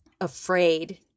afraid